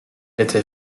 était